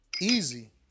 easy